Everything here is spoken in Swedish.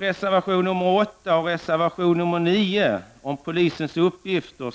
Reservation nr 8 och 9 handlar om polisens uppgifter.